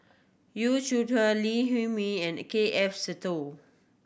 Yu Zhuye Lee Huei Min and K F Seetoh